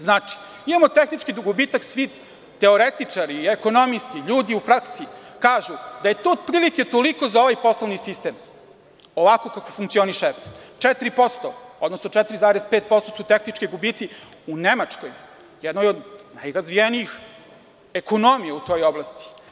Znači, imamo tehničke gubitak, svi teoretičari, svi ekonomisti, ljudi u praksi, kažu da je to odprilike toliko za ovaj poslovni sistem, ovako kako funkcioniše EPS, 4%, odnosno 4,5% su tehnički gubici u Nemačkoj, jednoj od najrazvijenijih ekonomija u toj oblasti.